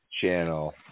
channel